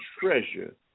treasure